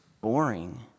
boring